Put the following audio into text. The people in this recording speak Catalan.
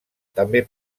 també